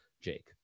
Jake